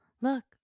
look